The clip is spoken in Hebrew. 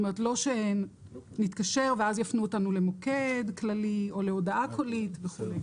לא שנתקשר ואז יפנו אותנו למוקד כללי או להודעה קולית וכולי.